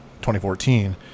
2014